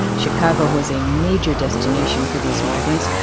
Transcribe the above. chicago was a major destination for these migrants,